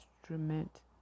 instrument